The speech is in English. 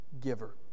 giver